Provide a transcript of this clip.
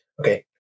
Okay